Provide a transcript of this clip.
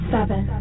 Seven